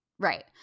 Right